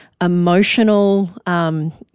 emotional –